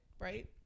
right